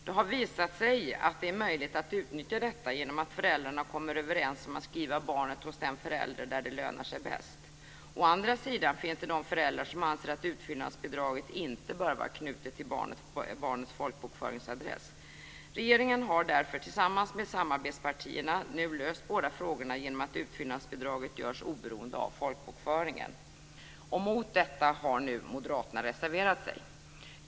Det har visat sig att det är möjligt att utnyttja detta genom att föräldrarna kommer överens om att skriva barnet hos den förälder där det lönar sig bäst. Å andra sidan finns det föräldrar som anser att utfyllnadsbidraget inte bör vara knutet till barnets folkbokföringsadress. Regeringen har därför tillsammans med samarbetspartierna nu löst båda frågorna genom att utfyllnadsbidraget görs oberoende av folkbokföringen. Mot detta har Moderaterna reserverat sig.